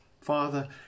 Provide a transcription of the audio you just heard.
Father